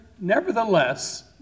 nevertheless